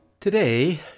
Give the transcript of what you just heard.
Today